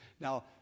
Now